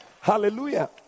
Hallelujah